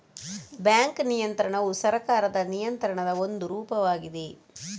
bank ನಿಯಂತ್ರಣವು ಸರ್ಕಾರದ ನಿಯಂತ್ರಣದ ಒಂದು ರೂಪವಾಗಿದೆ